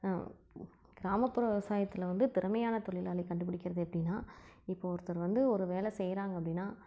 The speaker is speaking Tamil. கிராமப்புற விவசாயத்தில் வந்து திறமையான தொழிலாளியை கண்டுப்பிடிக்கிறது எப்படின்னா இப்போ ஒருத்தர் வந்து ஒரு வேலை செய்யறாங்க அப்படின்னா